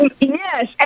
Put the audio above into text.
Yes